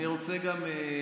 אני גם רוצה לומר